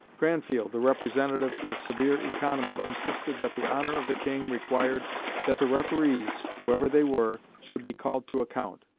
cranfield, the representative of severe economy, insisted that the honour of the king required that the referees, whoever they were, should be called to account.